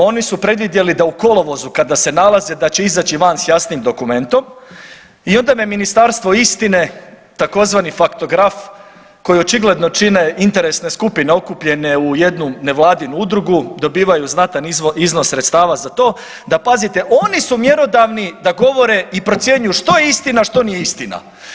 Oni su predvidjeli da u kolovozu kada se nalaze da će izaći van sa jasnim dokumentom i onda me ministarstvo istine tzv. faktograf koji očigledno čine interesne skupine okupljene u jednu nevladinu udrugu dobivaju znatan iznos sredstava za to, da pazite oni su mjerodavni da govore i procjenjuju što je istina, što nije istina.